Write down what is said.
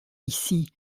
ici